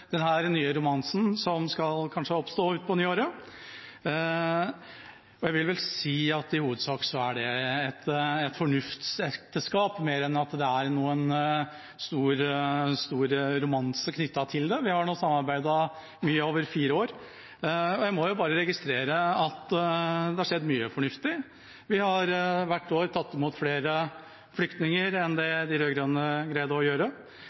den nye romansen som kanskje skal oppstå på nyåret. Jeg vil si at i hovedsak er det et fornuftsekteskap mer enn at det er noen stor romanse knyttet til det. Vi har samarbeidet mye gjennom fire år, og jeg må bare registrere at det har skjedd mye fornuftig. Vi har hvert år tatt imot flere flyktninger enn det de rød-grønne greide å gjøre.